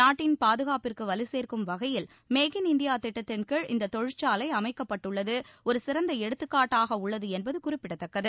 நாட்டின் பாதுகாப்பிற்கு வலு சேர்க்கும் வகையில் மேக் இன் இந்தியா திட்டத்தின்கீழ் இந்த தொழிற்சாலை அமைக்கப்பட்டுள்ளது ஒரு சிறந்த எடுத்துகாட்டாக உள்ளது என்பது குறிப்பிடத்தக்கது